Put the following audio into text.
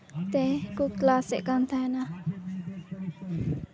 ᱛᱮ ᱠᱚ ᱠᱞᱟᱥᱮᱫ ᱛᱟᱦᱮᱱᱟ